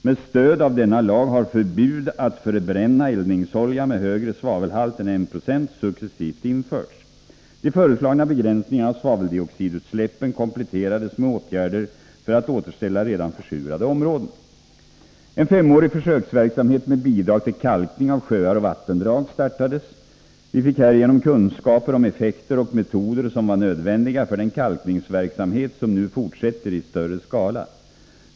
Med stöd av denna lag har förbud att förbränna eldningsolja med högre svavelhalt än 1 26 successivt införts. De föreslagna begränsningarna av svaveldioxidutsläppen kompletterades med åtgärder för att återställa redan försurade områden. En femårig försöksverksamhet med bidrag till kalkning av sjöar och vattendrag startades. Vi fick härigenom kunskaper om effekter och metoder som var nödvändiga för den kalkningsverksamhet som nu fortsätter i större skala.